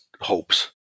hopes